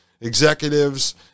executives